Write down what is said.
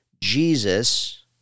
Jesus